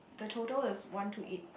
the total is one two eight